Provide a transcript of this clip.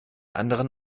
anderen